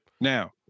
Now